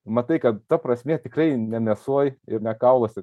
matai kad ta prasmė tikrai ne mėsoj ir ne kauluose